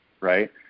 right